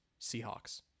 Seahawks